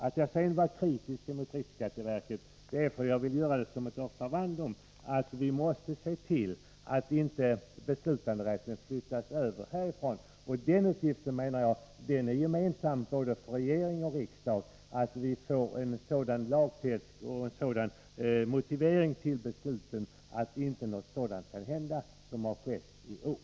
Att jag sedan var kritisk mot riksskatteverket berodde på att vi, enligt min mening, måste se till att beslutanderätten inte flyttas härifrån. Att se till att vi får en sådan lagtext och motivering till besluten att vad som skett i år framdeles inte kan hända är, som jag ser det, en gemensam uppgift för både regering och riksdag.